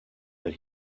that